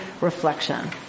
Reflection